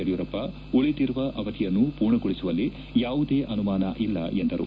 ಯಡಿಯೂರಪ್ಪ ಉಳಿದಿರುವ ಅವಧಿಯನ್ನು ಪೂರ್ಣಗೊಳಸುವಲ್ಲಿ ಯಾವುದೇ ಅನುಮಾನವಿಲ್ಲ ಎಂದರು